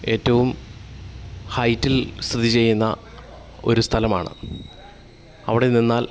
ഏറ്റവും ഹൈറ്റിൽ സ്ഥിതിചെയ്യുന്ന ഒരു സ്ഥലമാണ് അവിടെ നിന്നാൽ